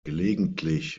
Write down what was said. gelegentlich